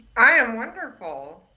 i am wonderful.